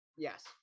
Yes